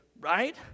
right